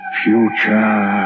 future